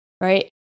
right